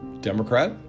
Democrat